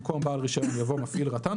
במקום "בעל רישיון" יבוא "מפעיל רט"ן",